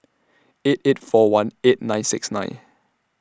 eight eight four one eight nine six nine